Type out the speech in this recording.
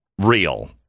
real